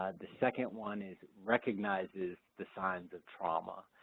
ah the second one is recognizes the signs of trauma